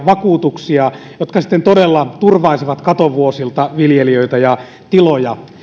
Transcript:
vakuutuksia jotka sitten todella turvaisivat katovuosilta viljelijöitä ja tiloja